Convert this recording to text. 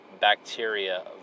bacteria